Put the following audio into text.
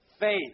faith